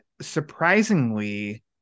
surprisingly